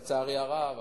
לצערי הרב,